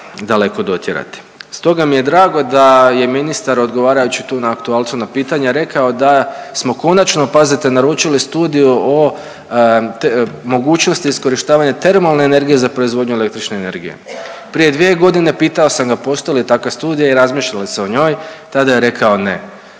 daleko dotjerati. Stoga mi je drago da je ministar odgovarajući tu na aktualcu na pitanja rekao da smo konačno, pazite, naručili Studiju o mogućnosti iskorištavanja termalne energije za proizvodnju električne energije. Prije 2.g. pitao sam ga postoje li takve studije i razmišlja li se o njoj, tada je rekao ne.